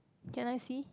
can I see